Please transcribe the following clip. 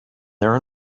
there